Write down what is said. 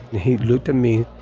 and he looked me,